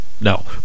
no